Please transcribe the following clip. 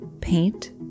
paint